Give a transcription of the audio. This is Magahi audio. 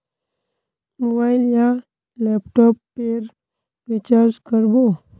मोबाईल या लैपटॉप पेर रिचार्ज कर बो?